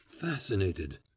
fascinated